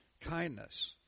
kindness